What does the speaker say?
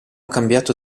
cambiato